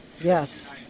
Yes